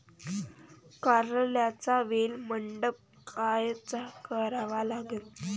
कारल्याचा वेल मंडप कायचा करावा लागन?